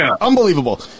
unbelievable